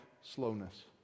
slowness